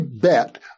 bet